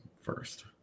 first